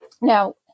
Now